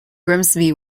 grimsby